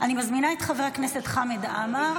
אני מזמינה את חבר הכנסת חמד עמאר